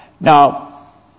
Now